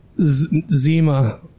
Zima